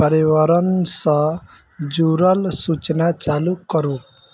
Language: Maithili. पर्यावरणसँ जुड़ल सूचना चालू करु